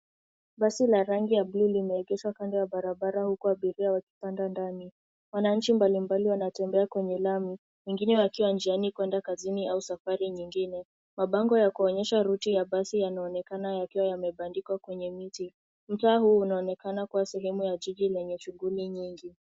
Basi la rangi ya blue limeegeshwa kando ya barabara huku abiria wakipanda ndani. Wananchi mbalimbali wanatembea kwenye lami, wengine wakiwa njiani kwenda kazini au safari nyingine. Mabango ya kuonyesha ruti ya basi yanaonekana yakiwa yamebandikwa kwenye miti. Mtaa huu unaonekana kuwa sehemu ya jiji lenye shughuli nyingi.